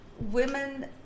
Women